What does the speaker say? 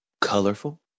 colorful